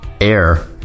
air